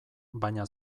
baina